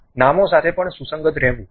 નામો સાથે પણ સુસંગત રહેવું